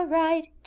right